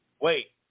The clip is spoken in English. Wait